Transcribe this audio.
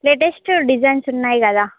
latest designs ఉన్నాయి కదా